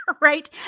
Right